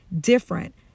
different